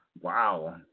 Wow